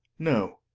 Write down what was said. no,